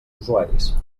usuaris